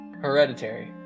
Hereditary